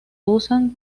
usan